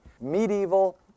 medieval